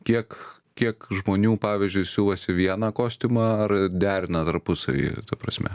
tiek kiek žmonių pavyzdžiui siuvasi vieną kostiumą ar derina tarpusavy ta prasme